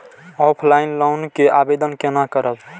Offline loan के आवेदन केना करब?